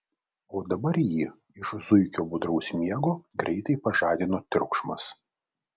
o dabar jį iš zuikio budraus miego greitai pažadino triukšmas